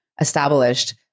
established